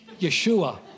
Yeshua